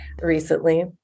recently